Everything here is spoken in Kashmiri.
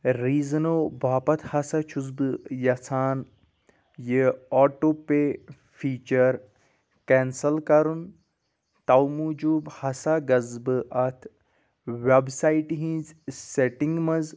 ریٖزنَو باپت ہسا چھُس بہٕ یژھان یہِ آٹو پے فیٖچر کینسَل کرُن تو موٗجوٗب ہسا گژھٕ بہٕ اتھ ویب سایٹہِ ہنز سیٹنگ منٛز